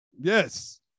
Yes